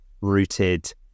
rooted